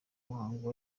muhango